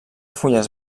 fulles